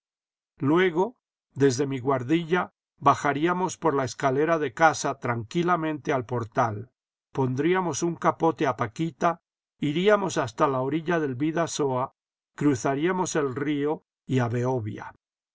luego desde mi guardilla bajaríamos por la escalera de casa tranquilamente al portal pondríamos un capote a paquita iríamos hasta la orilla del bidasoa cruzaríamos el río y a behovia